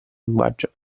linguaggio